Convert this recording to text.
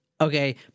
okay